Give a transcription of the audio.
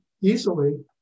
easily